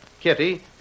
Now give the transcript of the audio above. Kitty